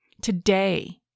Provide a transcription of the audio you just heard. Today